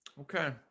Okay